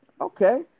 Okay